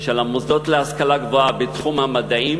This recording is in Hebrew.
של המוסדות להשכלה גבוהה בתחום המדעים